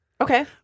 Okay